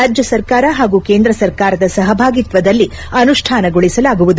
ರಾಜ್ಯ ಸರ್ಕಾರ ಹಾಗೂ ಕೇಂದ್ರ ಸರ್ಕಾರದ ಸಹಭಾಗಿತ್ತದಲ್ಲಿ ಅನುಷ್ಠಾನಗೊಳಿಸಲಾಗುವುದು